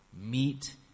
Meet